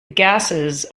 gases